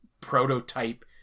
prototype